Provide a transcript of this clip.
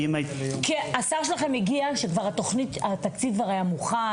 כי השר שלכם הגיע כשהתקציב כבר היה מוכן.